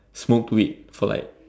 smoked weed for like